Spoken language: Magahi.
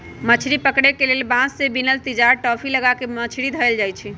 मछरी पकरे लेल बांस से बिनल तिजार, टापि, लगा क मछरी धयले जाइ छइ